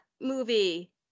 movie